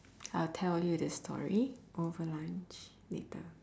I'll tell you the story over lunch later